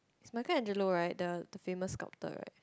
is Michelangelo right the the famous sculptor right